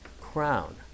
crown